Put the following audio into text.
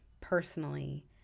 personally